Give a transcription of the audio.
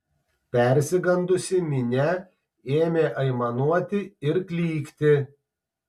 persigandusi minia ėmė aimanuoti ir klykti